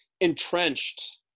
entrenched